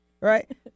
right